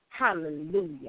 Hallelujah